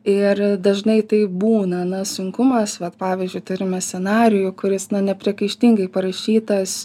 ir dažnai tai būna na sunkumas vat pavyzdžiui turime scenarijų kuris na nepriekaištingai parašytas